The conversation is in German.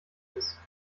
ist